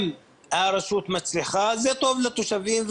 אם הרשות מצליחה, זה טוב לתושבים.